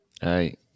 Hey